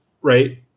right